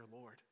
Lord